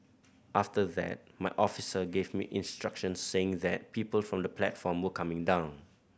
after that my officer gave me instructions saying that people from the platform were coming down